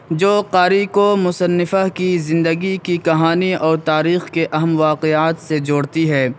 جو قاری کو مصنفہ کی زندگی کی کہانی اور تاریخ کے اہم واقعات سے جوڑتی ہے